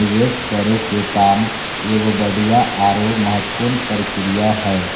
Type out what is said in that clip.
निवेश करे के काम एगो बढ़िया आरो महत्वपूर्ण प्रक्रिया हय